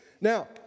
Now